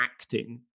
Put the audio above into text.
acting